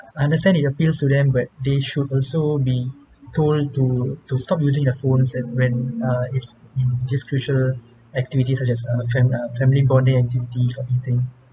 understand it appeals to them but they should also be told to to stop using their phones and when uh it's in this crucial activities such as uh fam~ uh family bonding activities of eating